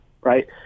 Right